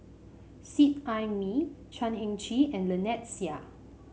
Seet Ai Mee Chan Heng Chee and Lynnette Seah